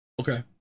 Okay